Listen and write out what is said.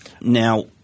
Now